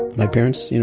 my parents, you know,